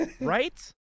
Right